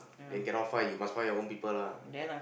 then cannot find you must find your own people lah